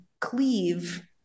cleave